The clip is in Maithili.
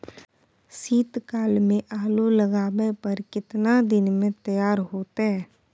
शीत काल में आलू लगाबय पर केतना दीन में तैयार होतै?